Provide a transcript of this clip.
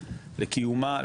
לקיומה,